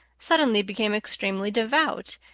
suddenly became extremely devout,